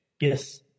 Yes